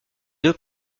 deux